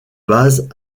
base